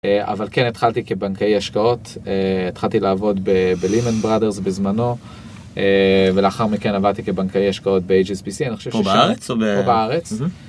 אבל כן התחלתי כבנקי השקעות, התחלתי לעבוד ב- Lehman Brothers בזמנו ולאחר מכן עבדתי כבנקי השקעות ב- HSPC, אני חושב שישר פה בארץ.